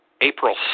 April